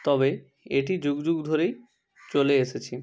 তবে এটি যুগ যুগ ধরেই চলে এসেছে